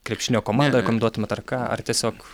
krepšinio komandą rekomenduotumėt ar kažką ar tiesiog